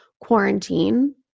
quarantine